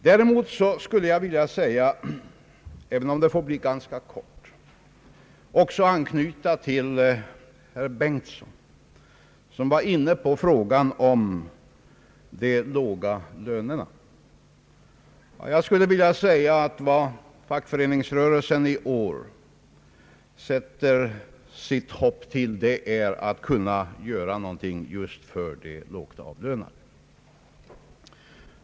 Däremot vill jag — även om det får ske kortfattat — anknyta till vad herr Bengtson yttrade om de låga lönerna. Vad fackföreningsrörelsen i år sätter sitt hopp till är att kunna göra någonting just för de lågavlönade.